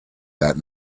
that